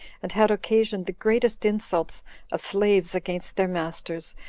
and had occasioned the greatest insults of slaves against their masters,